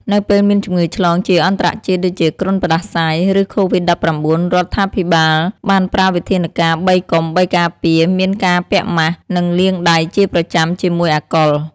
នៅពេលមានជំងឺឆ្លងជាអន្តរជាតិដូចជាគ្រុនផ្ដាសាយ ឬកូវីដ១៩ រដ្ឋាភិបាលបានប្រើវិធានការ ៣កុំ ៣ការពារ មានការពាក់ម៉ាស់ និងលាយដៃជាប្រចាំជាមួយអាល់កុល។